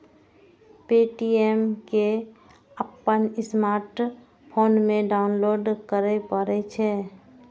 Paytm कें अपन smartphone मे डाउनलोड करय पड़ै छै